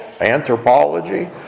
anthropology